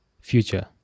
future